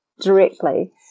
directly